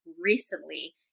recently